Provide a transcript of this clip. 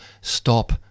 stop